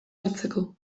hartzeko